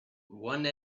one